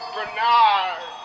Bernard